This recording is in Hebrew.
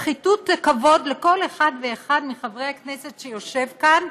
ופחיתות כבוד לכל אחד ואחד מחברי הכנסת שיושבים כאן.